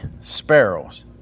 sparrows